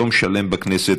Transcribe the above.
יום שלם בכנסת,